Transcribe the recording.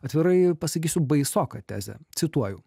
atvirai pasakysiu baisoką tezę cituoju